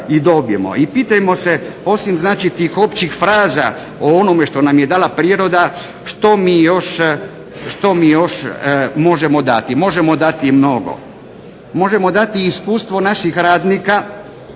I pitajmo se, osim znači tih općih fraza o onome što nam je dala priroda, što mi još možemo dati? Možemo dati mnogo. Možemo dati i iskustvo naših radnika